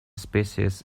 species